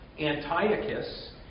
Antiochus